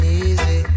easy